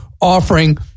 offering